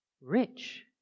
rich